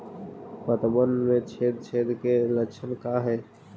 पतबन में छेद छेद के लक्षण का हइ?